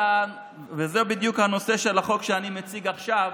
וזה בדיוק הנושא של החוק שאני מציג עכשיו,